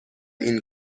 این